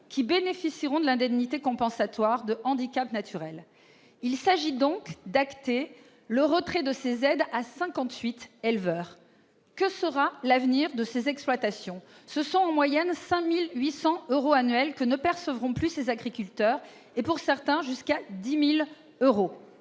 qui bénéficieront de l'indemnité compensatoire de handicaps naturels. Il s'agit donc d'acter le retrait de ces aides à 58 éleveurs. Que sera l'avenir de ces exploitations ? Ce sont en moyenne 5 800 euros par an que ne percevront plus ces agriculteurs ; pour certains, cela ira jusqu'à 10 000 euros